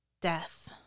Death